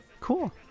Cool